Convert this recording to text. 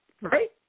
Right